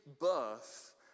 birth